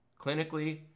clinically